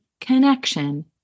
connection